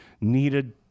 needed